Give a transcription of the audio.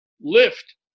lift